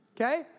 Okay